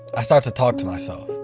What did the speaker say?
i start to talk to myself.